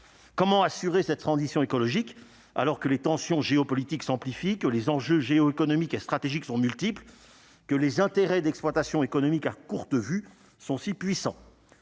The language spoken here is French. comment assurer cette transition écologique, alors que les tensions géopolitiques s'amplifie que les enjeux géo-économiques et stratégiques sont multiples, que les intérêts d'exploitation économique à courte vue, sont si puissants,